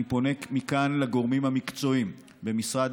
אני פונה מכאן לגורמים המקצועיים במשרד